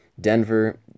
Denver